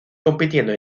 compitiendo